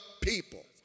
people